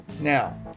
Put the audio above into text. now